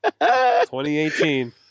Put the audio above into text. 2018